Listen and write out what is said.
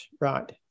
right